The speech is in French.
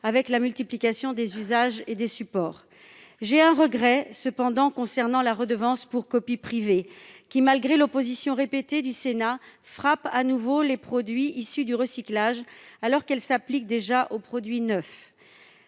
avec la multiplication des usages et des supports. J'ai un regret, toutefois, concernant la rémunération pour copie privée, qui, malgré l'opposition répétée du Sénat, frappera les produits issus du recyclage, alors qu'elle s'applique déjà aux produits neufs.